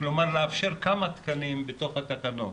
כלומר לאפשר כמה תקנים בתוך התקנות.